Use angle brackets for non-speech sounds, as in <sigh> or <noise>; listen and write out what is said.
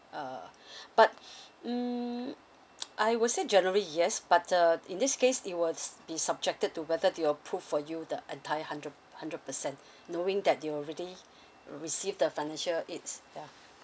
uh but hmm <noise> I would say generally yes but uh in this case it was be subjected to whether they'll approve for you the entire hundred hundred percent knowing that you already receive the financial aids ya